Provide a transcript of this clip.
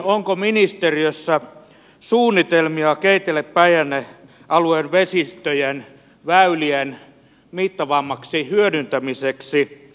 onko ministeriössä suunnitelmia keitelepäijänne alueen vesistöjen väylien mittavammaksi hyödyntämiseksi